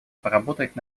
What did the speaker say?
поработать